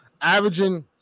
averaging